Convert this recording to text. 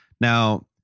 Now